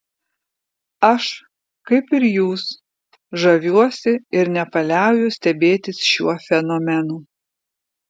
aš kaip ir jūs žaviuosi ir nepaliauju stebėtis šiuo fenomenu